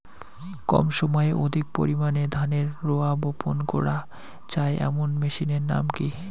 কম সময়ে অধিক পরিমাণে ধানের রোয়া বপন করা য়ায় এমন মেশিনের নাম কি?